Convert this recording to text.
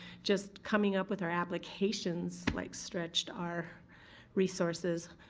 just coming up with our applications like stretched our resources.